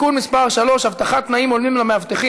(תיקון מס' 3) (הבטחת תנאים הולמים למאבטחים),